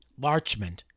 Larchment